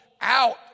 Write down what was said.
out